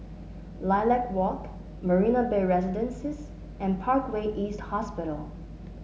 Lilac Walk Marina Bay Residences and Parkway East Hospital